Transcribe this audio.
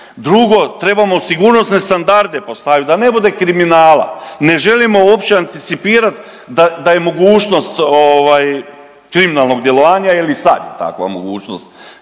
Drugo, trebamo sigurnosne standarde postavit da ne bude kriminala, ne želimo uopće anticipirat da je mogućnost ovaj kriminalnog djelovanja ili sad je takva mogućnost.